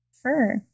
Sure